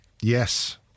Yes